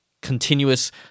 continuous